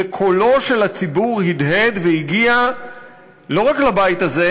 וקולו של הציבור הדהד והגיע לא רק לבית הזה,